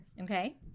Okay